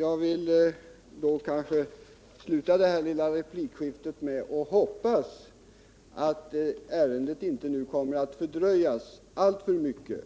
Jag vill sluta detta replikskifte med att säga att jag hoppas att ärendet nu inte kommer att fördröjas alltför mycket